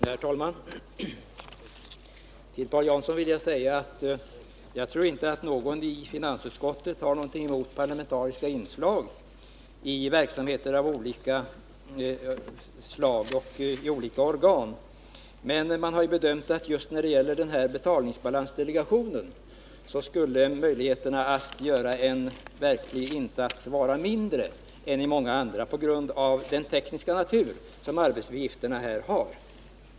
Herr talman! Till Paul Jansson vill jag säga att jag inte tror att någon i finansutskottet har något emot parlamentariska inslag i verksamheter av olika slag och i olika organ. Men man har gjort den bedömningen att just när det gäller betalningsbalansdelegationen skulle möjligheterna att göra en verklig insats vara mindre än i många andra organ på grund av den tekniska natur som arbetsuppgifterna här har.